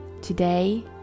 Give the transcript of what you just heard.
Today